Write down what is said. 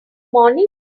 morning